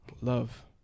love